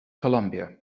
columbia